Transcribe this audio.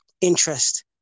interest